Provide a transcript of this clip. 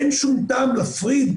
אין שום טעם להפריד,